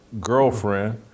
girlfriend